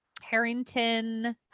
Harrington